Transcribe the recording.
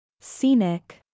Scenic